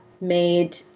made